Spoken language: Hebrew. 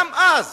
גם אז